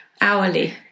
hourly